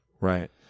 right